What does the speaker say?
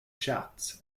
shafts